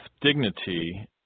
dignity